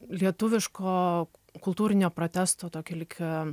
lietuviško kultūrinio protesto tokį lyg